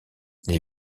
les